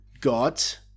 got